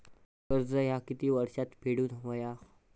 कर्ज ह्या किती वर्षात फेडून हव्या?